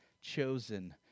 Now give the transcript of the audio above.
chosen